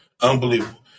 Unbelievable